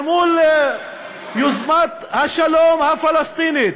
אל מול יוזמת השלום הפלסטינית,